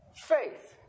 faith